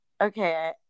Okay